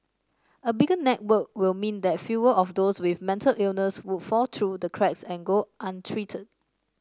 a bigger network will mean that fewer of those with mental illness would fall through the cracks and go untreated